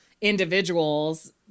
individuals